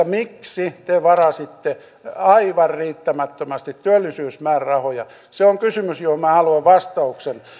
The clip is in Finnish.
miksi te varasitte aivan riittämättömästi työllisyysmäärärahoja se on kysymys johon minä haluan vastauksen